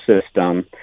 system